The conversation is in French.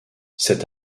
c’est